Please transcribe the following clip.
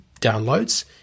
downloads